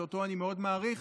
שאותו אני מאוד מעריך,